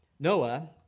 Noah